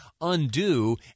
undo